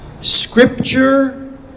Scripture